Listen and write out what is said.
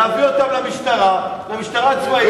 להביא אותן למשטרה או למשטרה הצבאית,